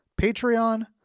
Patreon